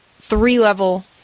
three-level